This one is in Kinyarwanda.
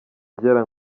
byera